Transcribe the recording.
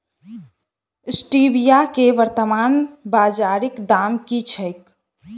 Stevia केँ वर्तमान बाजारीक दाम की छैक?